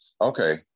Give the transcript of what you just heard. okay